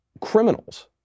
criminals